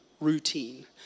routine